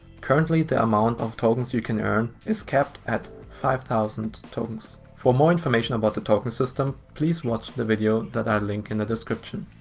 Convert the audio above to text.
currently the amount of tokens you can earn is capped at five thousand. for more information about the token system please watch the video that i link in the description